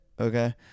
Okay